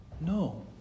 No